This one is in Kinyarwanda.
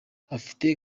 afite